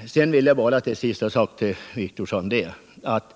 Till sist vill jag bara säga till Wictorsson att